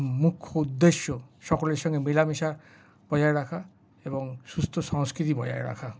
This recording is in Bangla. মুখ্য উদ্দেশ্য সকলের সঙ্গে মেলামেশা বজায় রাখা এবং সুস্থ সংস্কৃতি বজায় রাখা